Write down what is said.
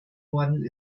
worden